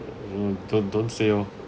mm don't don't say orh